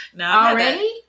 already